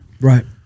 Right